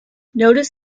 notice